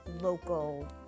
local